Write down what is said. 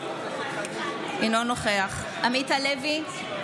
אינו נוכח עמית הלוי,